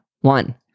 One